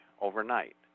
overnight